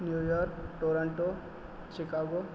New York Toronto Chicago